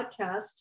podcast